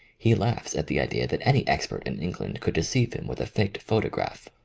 he laughs at the idea that any expert in england could de ceive him with a faked photograph.